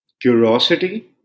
curiosity